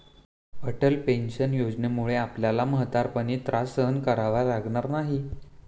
Atal pension योजनेमुळे आपल्याला म्हातारपणी त्रास सहन करावा लागणार नाही